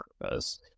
purpose